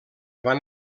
van